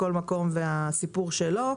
כל מקום והסיפור שלו.